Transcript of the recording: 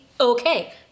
okay